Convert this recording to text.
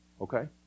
okay